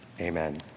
amen